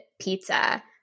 pizza